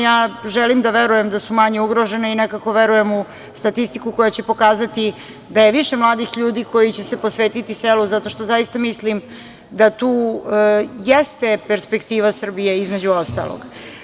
Ja želim da verujem da su manje ugrožena i nekako verujem u statistiku koja će pokazati da je više mladih ljudi koji će se posvetiti selu, zato što zaista mislim da tu jeste perspektiva Srbije, između ostalog.